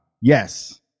yes